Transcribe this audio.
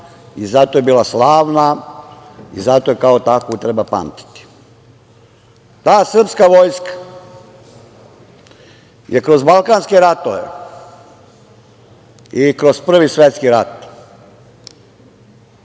i zato je bila slavna i zato je kao takvu treba pamtiti. Srpska vojska je kroz balkanske ratove i kroz Prvi svetski rat